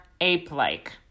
ape-like